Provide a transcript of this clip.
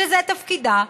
שזה תפקידה,